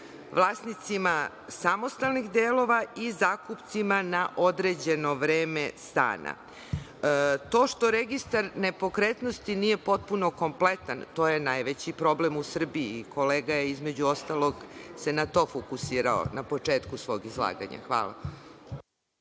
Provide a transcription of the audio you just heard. vlasnicima samostalnih delova i zakupcima na određeno vreme stana. To što registar nepokretnosti nije potpuno kompletan, to je najveći problem u Srbiji i kolega je, između ostalog, se na to fokusirao na početku svog izlaganja. Hvala.